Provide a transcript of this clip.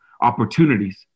opportunities